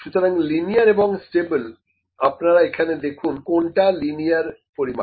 সুতরাং লিনিয়ার এবং স্টেবল আপনারা এখানে দেখুন কোনটা লিনিয়ার পরিমাপ